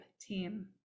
team